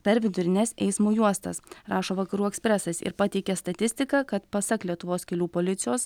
per vidurines eismo juostas rašo vakarų ekspresas ir pateikia statistiką kad pasak lietuvos kelių policijos